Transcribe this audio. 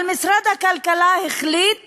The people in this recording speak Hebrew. אבל משרד הכלכלה החליט